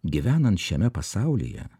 gyvenant šiame pasaulyje